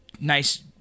nice